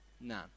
None